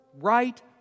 right